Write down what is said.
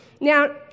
Now